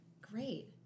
great